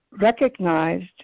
recognized